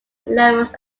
levels